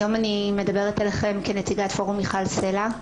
היום אני מדברת אליכם כנציגת פורום מיכל סלה,